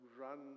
run